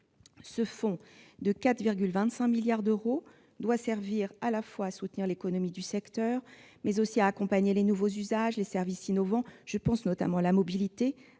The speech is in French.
Ce fonds doté de 4,25 milliards d'euros doit servir à soutenir l'économie du secteur, à accompagner les nouveaux usages et les services innovants- je pense notamment à la mobilité